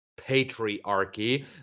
patriarchy